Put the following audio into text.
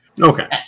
Okay